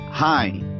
Hi